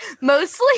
Mostly